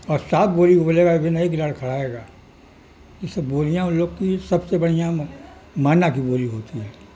اور صاف بولی بولے گا اب یہ نہیں کہ لڑکھڑائے گا یہ سب بولیاں ان لوگ کی سب سے بڑھیا مینا کی بولی ہوتی ہے